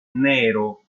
nero